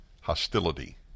hostility